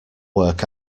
work